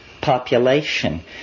population